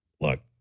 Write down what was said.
Look